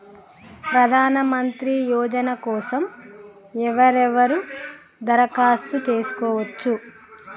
ప్రధానమంత్రి యోజన కోసం ఎవరెవరు దరఖాస్తు చేసుకోవచ్చు?